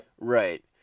right